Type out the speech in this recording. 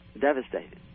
devastated